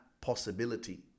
possibility